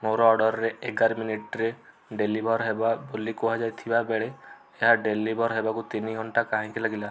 ମୋର ଅର୍ଡ଼ରରେ ଏଗାର ମିନିଟ୍ରେ ଡେଲିଭର୍ ହେବ ବୋଲି କୁହା ଯାଇଥିବା ବେଳେ ଏହା ଡେଲିଭର୍ ହେବାକୁ ତିନି ଘଣ୍ଟା କାହିଁକି ଲାଗିଲା